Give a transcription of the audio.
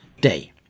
day